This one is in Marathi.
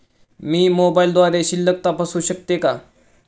मी मोबाइलद्वारे शिल्लक तपासू शकते का?